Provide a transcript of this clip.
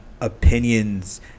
opinions